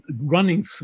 running